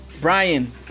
Brian